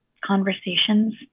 conversations